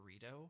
burrito